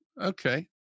Okay